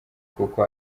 kuko